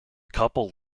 couple